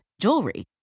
jewelry